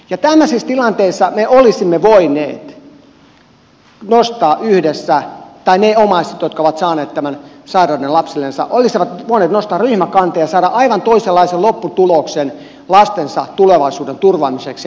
ja tämä siis tilanteessa olisi tämmöisissä tilanteissa ne omaiset jotka ovat saaneet tämän sairauden lapsillensa olisivat voineet nostaa ryhmäkanteen ja saada aivan toisenlaisen lopputuloksen lastensa tulevaisuuden turvaamiseksi